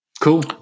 cool